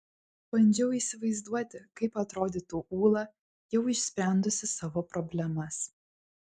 bandžiau įsivaizduoti kaip atrodytų ūla jau išsprendusi savo problemas